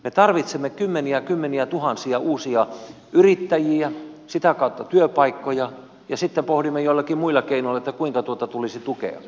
me tarvitsemme kymmeniätuhansia uusia yrittäjiä sitä kautta työpaikkoja ja sitten pohdimme joillakin muilla keinoilla kuinka tuota tulisi tukea